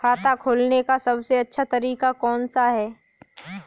खाता खोलने का सबसे अच्छा तरीका कौन सा है?